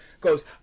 goes